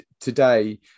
today